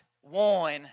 one